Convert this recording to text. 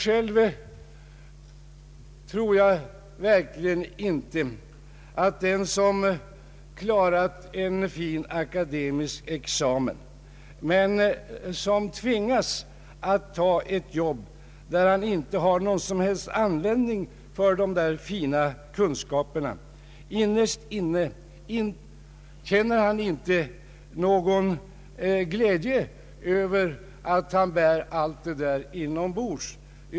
Själv tror jag verkligen inte att den som klarat en fin akademisk examen men som tvingas att ta ett jobb, där han inte har någon som helst användning för de fina kunskaperna, innerst inne känner någon glädje över alla kunskaper han bär inombords.